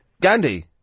Gandhi